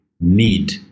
need